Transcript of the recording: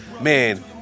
man